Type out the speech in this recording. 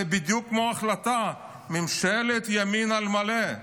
זה בדיוק כמו ההחלטה של ממשלת ימין על מלא: